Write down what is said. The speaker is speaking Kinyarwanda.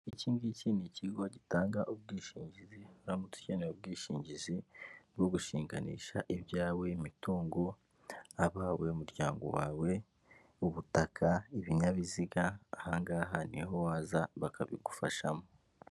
Iki ngiki ni ikigo gitanga ubwishingizi uramutse ukeneye ubwishingizi bwo gushinganisha ibyawe imitungo abawe , umuryango wawe, ubutaka, ibinyabiziga aha ngaha niho waza bakabigufashamo.